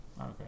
Okay